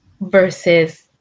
versus